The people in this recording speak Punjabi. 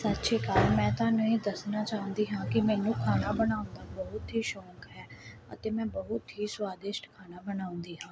ਸਤਿ ਸ਼੍ਰੀ ਅਕਾਲ ਮੈਂ ਤੁਹਾਨੂੰ ਇਹ ਦੱਸਣਾ ਚਾਹੁੰਦੀ ਹਾਂ ਕਿ ਮੈਨੂੰ ਖਾਣਾ ਬਣਾਉਣ ਬਹੁਤ ਹੀ ਸ਼ੌਕ ਹੈ ਅਤੇ ਮੈਂ ਬਹੁਤ ਹੀ ਸਵਾਦਿਸ਼ਟ ਖਾਣਾ ਬਣਾਉਂਦੀ ਹਾਂ